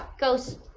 ghost